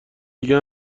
دیگه